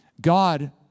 God